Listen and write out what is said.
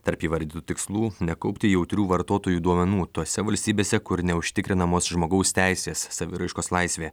tarp įvardytų tikslų nekaupti jautrių vartotojų duomenų tose valstybėse kur neužtikrinamos žmogaus teisės saviraiškos laisvė